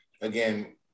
Again